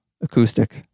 acoustic